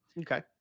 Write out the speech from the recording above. okay